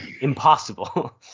impossible